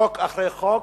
חוק אחרי חוק,